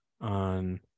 on